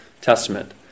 Testament